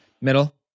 Middle